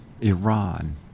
Iran